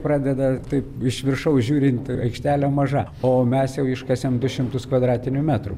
pradeda taip iš viršaus žiūrint į aikštelę maža o mes jau iškasėm du šimtus kvadratinių metrų